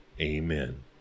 Amen